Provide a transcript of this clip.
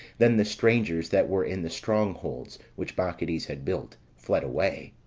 then the strangers that were in the strong holds, which bacchides had built, fled away.